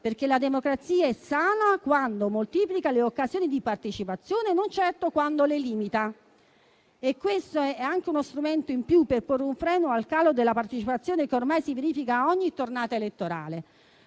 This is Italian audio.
perché la democrazia è sana quando moltiplica le occasioni di partecipazione e non certo quando le limita. Questo è anche uno strumento in più per porre un freno al calo della partecipazione che ormai si verifica ad ogni tornata elettorale.